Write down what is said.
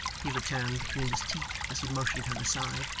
he returned between his teeth, as he motioned her aside,